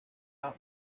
out